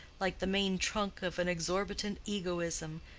like the main trunk of an exorbitant egoism,